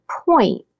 point